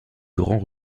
grand